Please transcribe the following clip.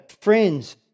friends